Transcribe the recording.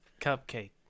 Cupcake